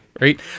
Right